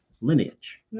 lineage